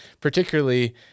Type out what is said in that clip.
particularly